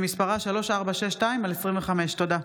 שמספרה 3462/25. תודה.